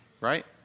right